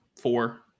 four